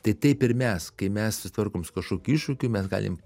tai taip ir mes kai mes susitvarkom su kažkokiu iššūkiu mes galim